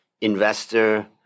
investor